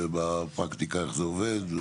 ובפרקטיקה איך זה עובד,